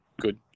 good